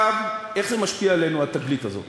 איך זה משפיע עלינו, התגלית הזאת?